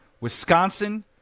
Wisconsin